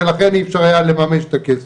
ולכן אי אפשר היה לממש את הכסף.